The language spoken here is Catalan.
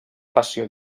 passió